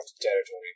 territory